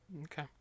Okay